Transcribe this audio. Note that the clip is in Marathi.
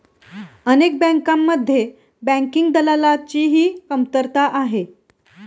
अनेक बँकांमध्ये बँकिंग दलालाची ही कमतरता आहे